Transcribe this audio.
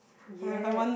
ya